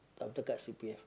after cut c_p_f